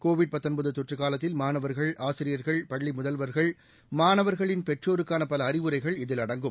Covid தொற்று காலத்தில் மாணவர்கள் ஆசிரியர்கள் பள்ளி முதல்வர்கள் மாணவர்களின் பெற்றோருக்கான பல அறிவுரைகள் இதில் அடங்கும்